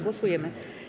Głosujemy.